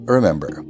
Remember